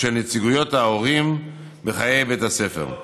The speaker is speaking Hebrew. של נציגויות ההורים בחיי בית הספר.